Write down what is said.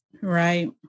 Right